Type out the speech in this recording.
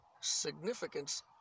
significance